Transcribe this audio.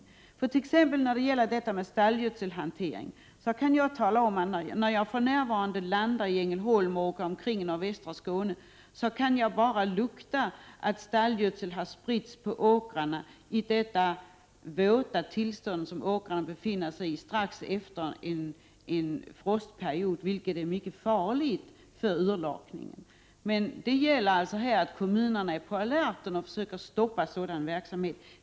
När det t.ex. gäller stallgödselhanteringen kan jag tala om, att när jag landar i Ängelholm efter en flygresa och när jag åker omkring | i västra Skåne behöver jag bara lukta för att få klart för mig att stallgödsel har spritts på åkrarna i det våta tillstånd som dessa befinner sig i strax efter en frostperiod. Detta är mycket farligt för urlakningen, och det är nödvändigt att kommunerna är på alerten och försöker stoppa sådan verksamhet.